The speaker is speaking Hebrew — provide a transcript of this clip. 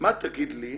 מה תגיד לי,